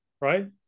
right